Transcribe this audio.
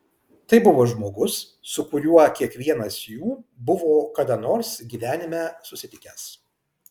tai buvo žmogus su kuriuo kiekvienas jų buvo kada nors gyvenime susitikęs